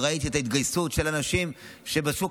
וראיתי את ההתגייסות של האנשים שבשוק